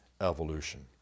evolution